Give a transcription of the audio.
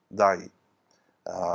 die